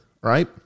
right